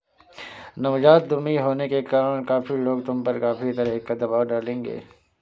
नवजात उद्यमी होने के कारण काफी लोग तुम पर काफी तरह का दबाव डालेंगे